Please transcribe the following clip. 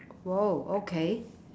!wow! okay